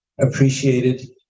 appreciated